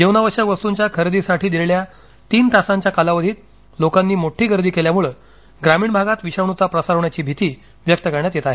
जीवनावश्यक वस्तूंच्या खरेदीसाठी दिलेल्या तीन तासांच्या कालावधीत लोकांनी मोठी गर्दी केल्यामुळे ग्रामीण भागात विषाणूचा प्रसार होण्याची भीती व्यक्त करण्यात येत आहे